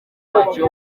wacyo